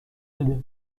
بده